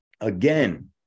again